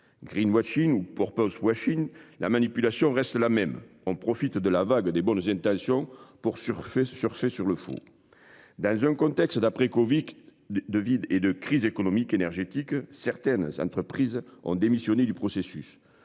Green washing ou pour peu soit Chine la manipulation reste la même, en profite de la vague des bonnes intentions pour surfer sur ces, sur le fond. Dans un contexte d'après-Covic de, de vide et de crise économique, énergétique. Certaines entreprises ont démissionné du processus.